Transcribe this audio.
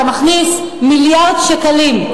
אתה מכניס מיליארד שקלים.